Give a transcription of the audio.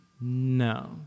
No